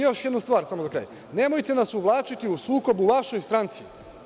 Još jedna stvar za kraj, nemojte nas uvlačiti u sukob u vašoj stranci…